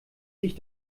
sich